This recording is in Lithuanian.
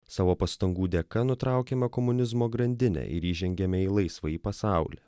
savo pastangų dėka nutraukiame komunizmo grandinę ir įžengiame į laisvąjį pasaulį